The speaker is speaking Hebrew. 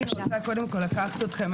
אני רוצה קודם כל לקחת אתכם,